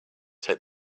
take